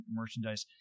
merchandise